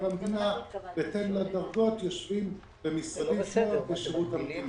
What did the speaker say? המדינה שבהתאם לדרגות יושבים במשרדים בשירות המדינה.